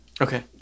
Okay